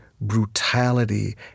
brutality